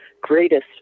Greatest